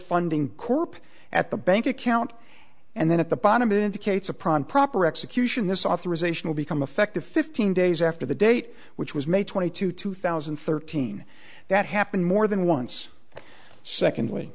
funding corp at the bank account and then at the bottom indicates a prom proper execution this authorization will become effective fifteen days after the date which was may twenty two two thousand and thirteen that happened more than once and secondly